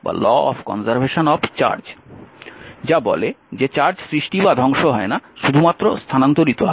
যা বলে যে চার্জ সৃষ্টি বা ধ্বংস হয় না শুধুমাত্র স্থানান্তরিত হয়